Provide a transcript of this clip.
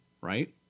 Right